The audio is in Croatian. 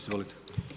Izvolite.